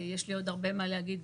יש לי עוד הרבה מה להגיד,